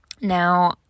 Now